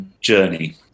journey